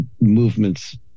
movements